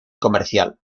comercial